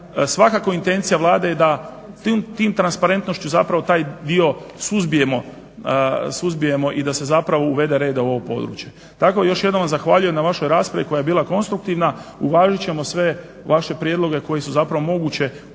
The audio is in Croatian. Svakako intencija Vlade je da tom transparentnošću zapravo taj dio suzbijemo i da se zapravo uvede reda u ovo područje. Tako još jednom zahvaljujem na vašoj raspravi koja je bila konstruktivna. Uvažit ćemo sve vaše prijedloge koji su zapravo mogući.